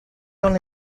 dans